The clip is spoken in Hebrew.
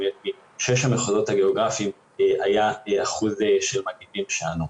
משש המחוזות הגיאוגרפיים היה אחוז של מגיבים שלנו.